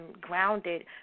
grounded